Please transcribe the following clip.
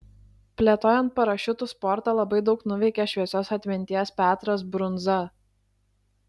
plėtojant parašiutų sportą labai daug nuveikė šviesios atminties petras brundza